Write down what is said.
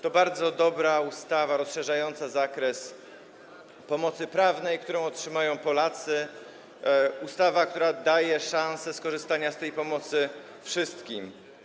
To bardzo dobra ustawa rozszerzająca zakres pomocy prawnej, którą otrzymają Polacy, ustawa, która daje szansę skorzystania z tej pomocy wszystkim.